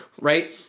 Right